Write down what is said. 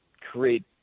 create